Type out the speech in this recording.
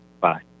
Bye